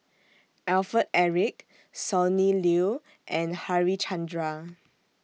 Alfred Eric Sonny Liew and Harichandra